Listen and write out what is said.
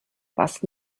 was